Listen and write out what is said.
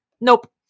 Nope